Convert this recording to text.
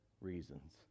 reasons